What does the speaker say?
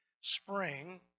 spring